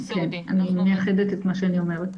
כן, אני מייחדת את מה שאני אומרת.